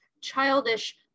childish